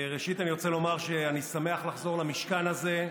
ראשית אני רוצה לומר שאני שמח לחזור למשכן הזה.